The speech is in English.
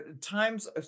times